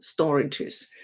storages